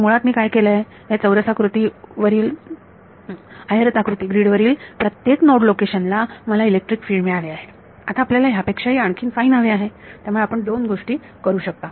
तर मुळात मी काय केलंय या चौरसाकृती वरील आयताकृती ग्रीड वरील प्रत्येक नोड लोकेशन ला मला इलेक्ट्रिक फील्ड मिळाले आहे आता आपल्याला त्यापेक्षाही आणखीन फाईन हवे आहे त्यामुळे आपण दोन गोष्टी करू शकता